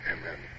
Amen